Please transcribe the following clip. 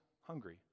hungry